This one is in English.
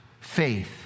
faith